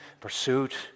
pursuit